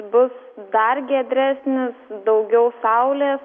bus dar giedresnis daugiau saulės